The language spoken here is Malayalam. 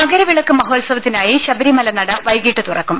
മകരവിളക്ക് മഹോത്സവത്തിനായി ശബരിമലനട വൈകിട്ട് തുറക്കും